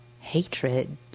hatred